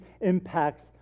impacts